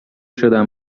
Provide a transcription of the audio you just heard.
شدم